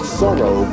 sorrow